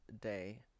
day